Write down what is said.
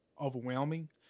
overwhelming